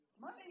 Money